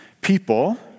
People